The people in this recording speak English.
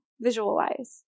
visualize